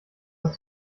das